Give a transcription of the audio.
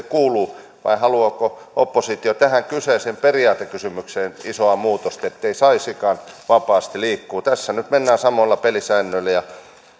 kuuluu vai haluaako oppositio tähän kyseiseen periaatekysymykseen isoa muutosta ettei saisikaan vapaasti liikkua tässä nyt mennään samoilla pelisäännöillä ja